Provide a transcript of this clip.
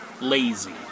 lazy